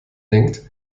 denkt